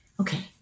okay